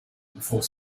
before